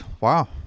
wow